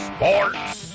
Sports